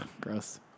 gross